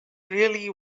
really